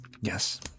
yes